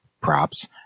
Props